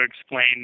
explain